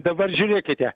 dabar žiūrėkite